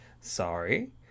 Sorry